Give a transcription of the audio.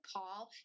Paul